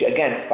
Again